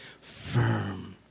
firm